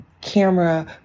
camera